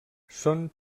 són